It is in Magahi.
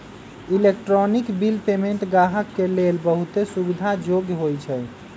इलेक्ट्रॉनिक बिल पेमेंट गाहक के लेल बहुते सुविधा जोग्य होइ छइ